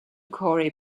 corey